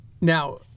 Now